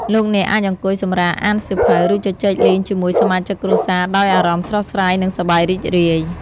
លោកអ្នកអាចអង្គុយសម្រាកអានសៀវភៅឬជជែកលេងជាមួយសមាជិកគ្រួសារដោយអារម្មណ៍ស្រស់ស្រាយនិងសប្បាយរីករាយ។